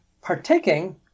partaking